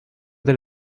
del